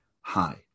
Hi